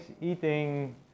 eating